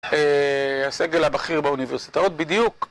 הסגל הבכיר באוניברסיטאות בדיוק.